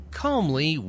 calmly